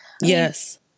Yes